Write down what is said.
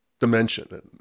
dimension